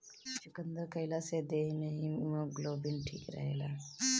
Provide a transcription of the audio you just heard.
चुकंदर खइला से देहि में हिमोग्लोबिन ठीक रहेला